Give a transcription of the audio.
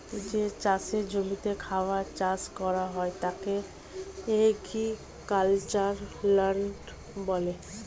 যে চাষের জমিতে খাবার চাষ করা হয় তাকে এগ্রিক্যালচারাল ল্যান্ড বলে